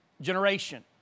generation